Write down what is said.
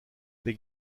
les